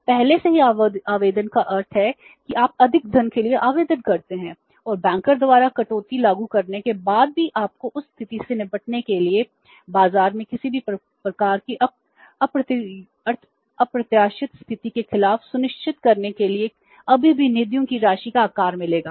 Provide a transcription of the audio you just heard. तो पहले से ही आवेदन का अर्थ है कि आप अधिक धन के लिए आवेदन करते हैं और बैंकर द्वारा कटौती लागू करने के बाद भी आपको उस स्थिति से निपटने के लिए बाजार में किसी भी प्रकार की अप्रत्याशित स्थिति के खिलाफ सुनिश्चित करने के लिए अभी भी निधियों की राशि का आकार मिलेगा